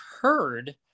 heard